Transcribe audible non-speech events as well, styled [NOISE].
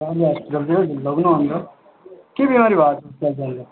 राम्रो हस्पिटलतिरै लानु अन्त के बिमारी भएको छ [UNINTELLIGIBLE]